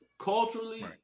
Culturally